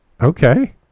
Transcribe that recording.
Okay